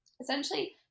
essentially